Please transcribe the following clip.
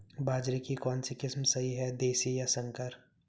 बाजरे की कौनसी किस्म सही हैं देशी या संकर?